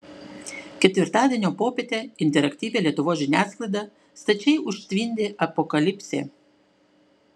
ketvirtadienio popietę interaktyvią lietuvos žiniasklaidą stačiai užtvindė apokalipsė